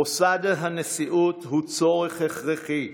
מוסד הנשיאות הוא צורך הכרחי.